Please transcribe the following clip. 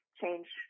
change